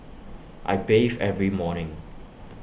I bathe every morning